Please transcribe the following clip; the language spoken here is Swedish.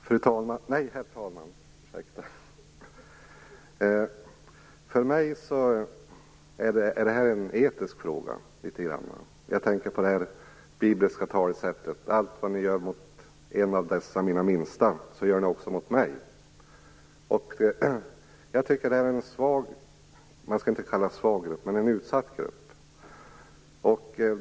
Herr talman! För mig är det här en etisk fråga. Jag tänker på det bibliska talesättet: Allt vad ni gör mot en av dessa mina minsta, så gör ni också mot mig. Det här är ju en svag grupp. Man skulle kanske inte kalla det en svag grupp, men det är en utsatt grupp.